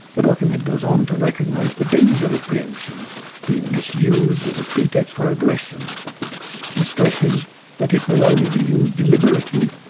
the document goes on to recognise the danger of pre-emption being misused as a pretext for aggression and stresses that it will only be used deliberately,